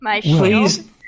Please